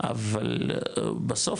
אבל בסוף,